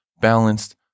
balanced